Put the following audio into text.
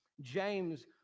James